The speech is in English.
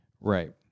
Right